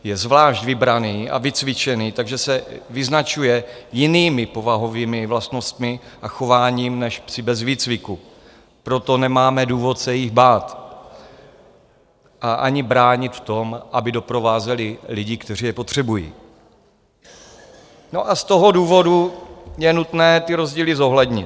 Je zvlášť vybraný a vycvičený, takže se vyznačuje jinými povahovými vlastnostmi a chováním než psi bez výcviku, proto nemáme důvod se jich bát a ani bránit v tom, aby doprovázeli lidi, kteří je potřebují, a z toho důvodu je nutné ty rozdíly zohlednit.